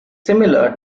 similar